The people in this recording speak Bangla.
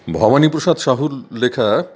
ভবানীপ্রসাদ সাহুর লেখা